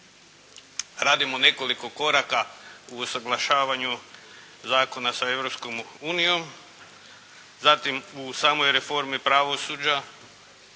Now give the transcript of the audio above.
radimo nekoliko koraka u suglašavanju zakona sa Europskom unijom, zatim u samoj reformi pravosuđa